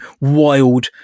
wild